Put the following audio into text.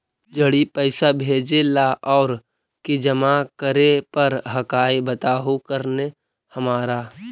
जड़ी पैसा भेजे ला और की जमा करे पर हक्काई बताहु करने हमारा?